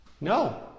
No